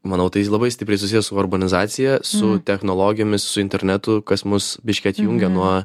manau tai labai stipriai susiję su urbanizacija su technologijomis su internetu kas mus biškį atjungia nuo